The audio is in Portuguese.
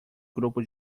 grupo